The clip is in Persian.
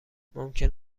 ممکن